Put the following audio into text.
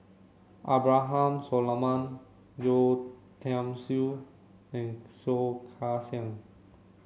Abraham Solomon Yeo Tiam Siew and Soh Kay Siang